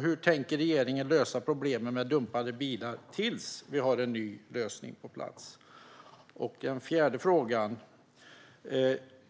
Hur tänker regeringen lösa problemet med dumpade bilar tills vi har en ny lösning på plats?